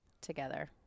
together